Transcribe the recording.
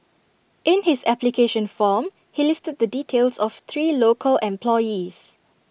in his application form he listed the details of three local employees